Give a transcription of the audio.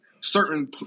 certain